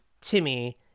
Timmy